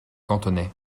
cantonais